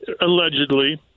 allegedly